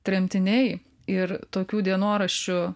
tremtiniai ir tokių dienoraščių